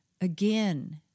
Again